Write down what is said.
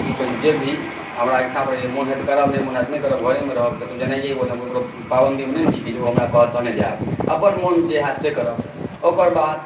की कही जे भी हमरा इच्छापर रहै छी मोन होइए तऽ करब नहि मोन होइए तऽ नहि करब घरेमे रहब कतहु जेनाय हुअए तऽ ककरो पाबन्दीमे नहि ने छी जे ओ हमरा क़हत तहने जैब अपन मोन जे हैत से करब ओकर बाद